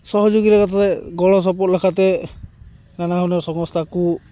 ᱥᱚᱦᱚᱡᱳᱜᱤ ᱞᱮᱠᱟ ᱠᱟᱛᱮᱫ ᱜᱚᱲᱚ ᱥᱚᱯᱚᱦᱚᱫ ᱞᱮᱠᱟᱛᱮ ᱱᱟᱱᱟᱦᱩᱱᱟᱹᱨ ᱥᱚᱝᱥᱛᱷᱟ ᱠᱚ